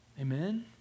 Amen